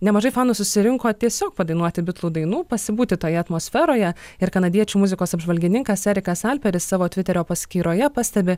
nemažai fanų susirinko tiesiog padainuoti bitlų dainų pasibūti toje atmosferoje ir kanadiečių muzikos apžvalgininkas erikas alperis savo tviterio paskyroje pastebi